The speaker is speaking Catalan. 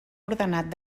ordenat